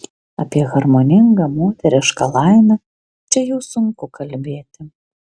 apie harmoningą moterišką laimę čia jau sunku kalbėti